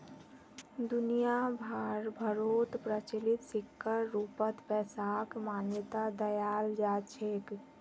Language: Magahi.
दुनिया भरोत प्रचलित सिक्कर रूपत पैसाक मान्यता दयाल जा छेक